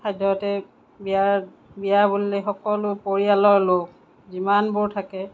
সদ্যহতে বিয়াত বিয়া বুলিলে সকলো পৰিয়ালৰ লোক যিমানবোৰ থাকে